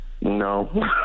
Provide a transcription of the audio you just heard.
No